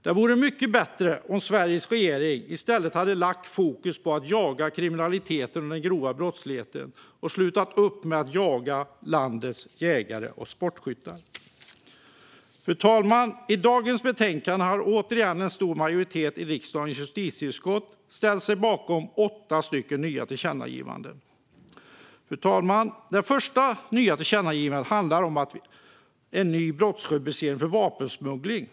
Det vore mycket bättre om Sveriges regering i stället hade lagt fokus på att jaga kriminaliteten och den grova brottsligheten och slutat upp med att jaga landets jägare och sportskyttar. Fru talman! I detta betänkande har återigen en stor majoritet i riksdagens justitieutskott ställt sig bakom nya tillkännagivanden. Det är åtta stycken. Fru talman! Det första nya tillkännagivandet handlar om en ny brottsrubricering för vapensmuggling.